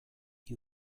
die